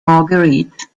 marguerite